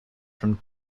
from